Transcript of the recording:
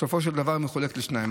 בסופו של דבר היא מחולקת לשניים.